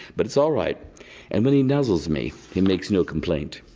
but it's alright and when he nuzzles me, he makes no complaint.